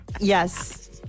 Yes